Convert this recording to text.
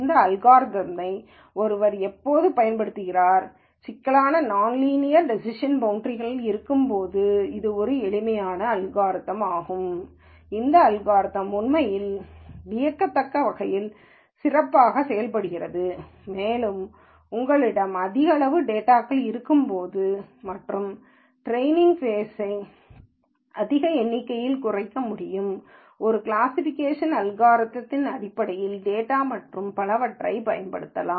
இந்த அல்காரிதம்யை ஒருவர் எப்போது பயன்படுத்துகிறார் சிக்கலான நான் லீனியர் டேசிஷன் பௌன்ட்ரீ கள் இருக்கும்போது இது ஒரு எளிய அல்காரிதம்யாகும் இந்த அல்காரிதம் உண்மையில் வியக்கத்தக்க வகையில் சிறப்பாக செயல்படுகிறது மேலும் உங்களிடம் அதிக அளவு டேட்டாஇருக்கும்போது மற்றும் ட்ரைனிங் இசை ரேஸ் ஃபேஸ் சை அதிக எண்ணிக்கையில் குறைக்க முடியும் ஒரு கிளாஸ்ஸிபிகேஷன் அல்காரிதம்யின் அடிப்படையில் டேட்டாமற்றும் பலவற்றைப் பயன்படுத்தலாம்